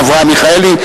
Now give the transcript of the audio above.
אברהם מיכאלי,